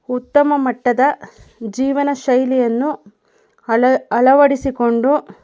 ಉತ್ತಮ ಮಟ್ಟದ ಜೀವನ ಶೈಲಿಯನ್ನು ಅಳ ಅಳವಡಿಸಿಕೊಂಡು